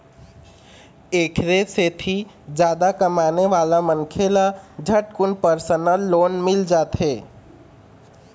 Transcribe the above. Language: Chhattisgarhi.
एखरे सेती जादा कमाने वाला मनखे ल झटकुन परसनल लोन मिल जाथे